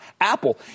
Apple